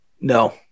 No